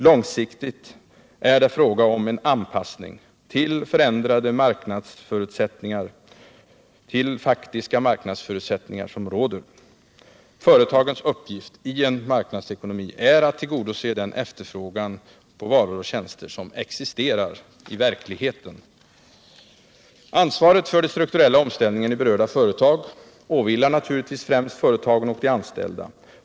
Långsiktigt måste det bli fråga om en anpassning till de förändrade marknadsförutsättningar som råder. Företagens uppgift i en marknadsekonomi är att tillgodose den efterfrågan på varor och tjänster som existerar i verkligheten. Ansvaret för de strukturella omställningarna i berörda företag åvilar naturligtvis främst företagen och de anställda.